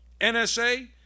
NSA